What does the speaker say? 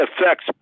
affects